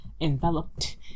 enveloped